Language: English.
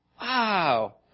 Wow